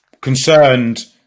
concerned